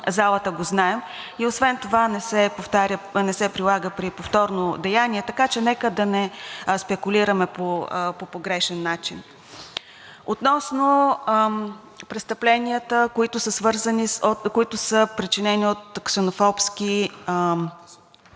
залата го знаем. И освен това не се прилага при повторно деяние, така че нека да не спекулираме по погрешен начин. Относно престъпленията, които са причинени от ксенофобски